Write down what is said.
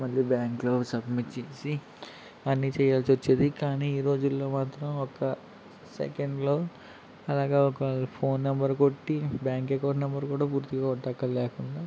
మళ్ళీ బ్యాంక్లో సబ్మిట్ చేసి అన్ని చేయాల్సి వచ్చేది కాని ఈ రోజుల్లో మాత్రం ఒక సెకండ్లో అలాగా ఒక ఫోన్ నెంబర్ కొట్టి బ్యాంక్ అకౌంట్ నెంబర్ కూడా గుర్తుకు లేకుండా